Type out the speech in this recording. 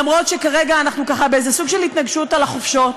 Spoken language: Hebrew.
גם אם כרגע אנחנו ככה באיזה סוג של התנגשות על החופשות.